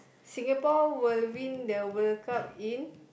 Singapore will win the World-Cup in